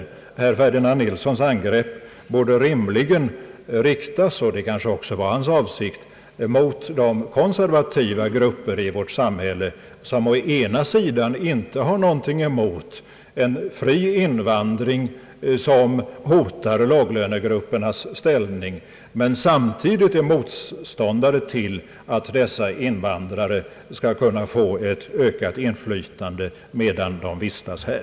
Herr Ferdinand Nilssons angrepp borde rimligen ha riktats — det kanske också var hans avsikt — mot de konservativa grupper i vårt samhälle som å ena sidan inte har någonting emot en fri invandring, vilken hotar låglönegruppernas ställning, men samtidigt är motståndare till att dessa invandrare skall kunna få ett medinflytande i vårt samhälle medan de vistas här.